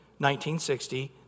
1960